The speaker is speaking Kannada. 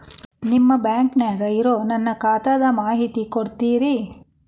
ನಿಮ್ಮ ಬ್ಯಾಂಕನ್ಯಾಗ ಇರೊ ನನ್ನ ಖಾತಾದ ಮಾಹಿತಿ ಕೊಡ್ತೇರಿ?